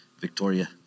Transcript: Victoria